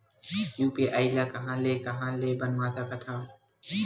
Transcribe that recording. UPI ल कहां ले कहां ले बनवा सकत हन?